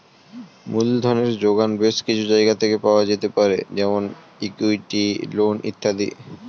মূলধনের জোগান বেশ কিছু জায়গা থেকে পাওয়া যেতে পারে যেমন ইক্যুইটি, লোন ইত্যাদি